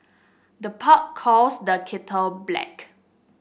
the pot calls the kettle black